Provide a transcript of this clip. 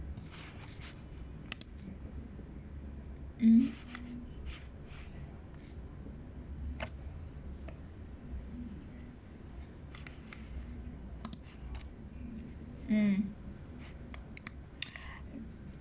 mm mm